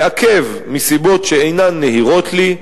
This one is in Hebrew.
מעכב, מסיבות שאינן נהירות לי,